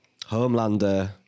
Homelander